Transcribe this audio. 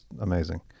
amazing